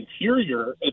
interior